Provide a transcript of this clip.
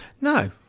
No